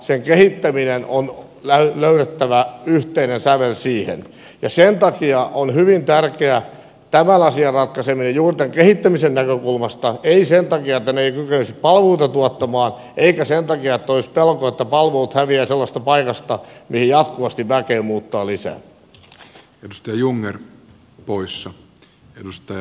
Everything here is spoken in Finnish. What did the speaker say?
sen kehittämiseen on löydettävä yhteinen sävel ja sen takia tämän asian ratkaiseminen on hyvin tärkeää juuri tämän kehittämisen näkökulmasta ei sen takia että ne eivät kykenisi palveluita tuottamaan eikä sen takia että olisi pelko että palvelut häviävät sellaisesta paikasta mihin jatkuvasti väkeä muuttaa lisää